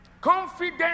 Confident